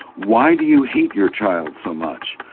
why do you hate your child so much?